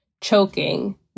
choking